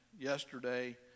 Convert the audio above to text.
Yesterday